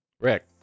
Rick